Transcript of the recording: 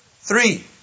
Three